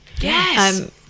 Yes